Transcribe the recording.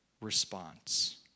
response